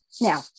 Now